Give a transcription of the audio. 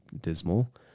dismal